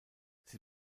sie